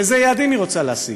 אילו יעדים היא רוצה להשיג?